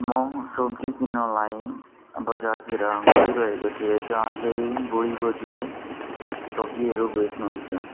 म सब्जी किन्नलाई बजारतिर गइरहेको थिएँ जहाँ चाहिँ बुढी बज्यूले सब्जीहरू बेच्नु हुन्थ्यो